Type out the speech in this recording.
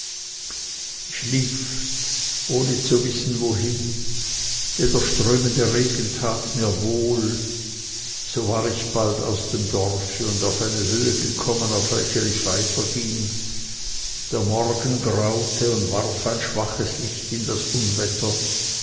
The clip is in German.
ich lief zu ohne zu wissen wohin denn der strömende regen tat mir wohl so war ich bald aus dem dorfe und auf eine höhe gekommen auf welcher ich weiterging der morgen graute und warf ein schwaches licht in das unwetter